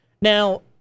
Now